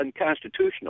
unconstitutional